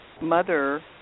mother